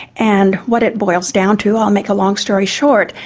and what it boils down to, i'll make a long story short,